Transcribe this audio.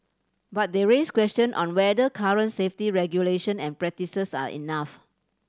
but they raise question on whether current safety regulation and practices are enough